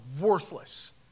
worthless